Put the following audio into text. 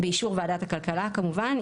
באישור ועדת הכלכלה כמובן,